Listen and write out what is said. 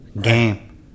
game